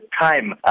time